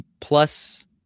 plus